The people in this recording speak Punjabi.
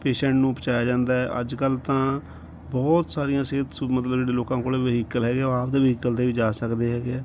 ਪੇਸੇਂਟ ਨੂੰ ਪਹੁੰਚਾਇਆ ਜਾਂਦਾ ਅੱਜ ਕੱਲ੍ਹ ਤਾਂ ਬਹੁਤ ਸਾਰੀਆਂ ਸਿਹਤ ਸੁ ਮਤਲਬ ਜਿਹੜੇ ਲੋਕਾਂ ਕੋਲ ਵਹੀਕਲ ਹੈਗੇ ਆਪਦੇ ਵਹੀਕਲ 'ਤੇ ਵੀ ਜਾ ਸਕਦੇ ਹੈਗੇ